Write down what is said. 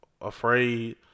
afraid